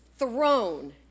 thrown